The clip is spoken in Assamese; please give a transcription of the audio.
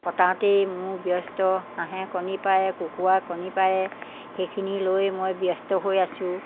কটাওঁতেই মোৰ ব্যস্ত হাঁহে কণী পাৰে কুকুুৰাই কণী পাৰে সেইখিনি লৈ মই ব্যস্ত হৈ আছোঁ